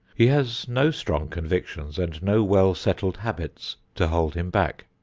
he has no strong convictions and no well-settled habits to hold him back.